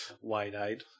wide-eyed